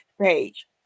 page